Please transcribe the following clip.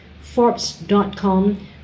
Forbes.com